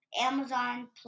Amazon